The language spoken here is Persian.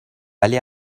ولی